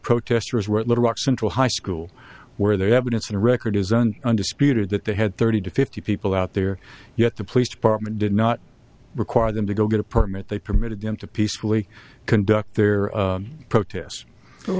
protesters were at little rock central high school where their evidence and record isn't undisputed that they had thirty to fifty people out there yet the police department did not require them to go get a permit they permitted them to peacefully conduct their protests so